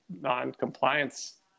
non-compliance